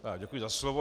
Já děkuji za slovo.